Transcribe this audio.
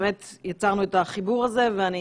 ובאמת יצרנו את החיבור הזה ואני